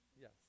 Yes